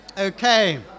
Okay